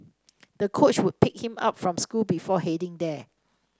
the coach would pick him up from school before heading there